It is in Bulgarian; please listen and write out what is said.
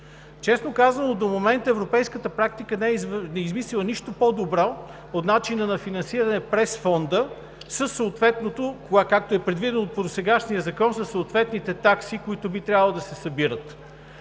Честно казано, до момента европейската практика не е измислила нищо по-добро от начина на финансиране през Фонда, както е предвидено по досегашния закон със съответните такси, които би трябвало да се събират.